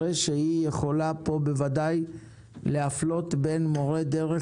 הרי שהיא יכולה בוודאי להפלות בין מורי דרך